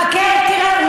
חכה ותראה,